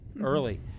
early